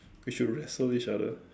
we should wrestle each other